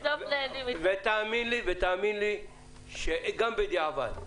תאמין לי, שגם בדיעבד,